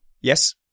Yes